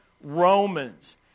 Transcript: Romans